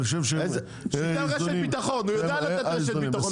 אני חושב --- שייתן רשת ביטחון הוא יודע לתת רשת ביטחון,